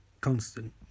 constant